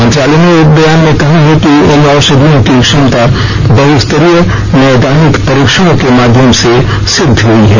मंत्रालय ने एक बयान में कहा है कि इन औषधियों की क्षमता बहुस्तरीय नैदानिक परीक्षणों के माध्यम से सिद्ध हुई है